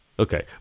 Okay